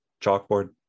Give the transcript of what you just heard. Chalkboard